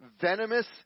venomous